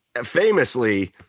famously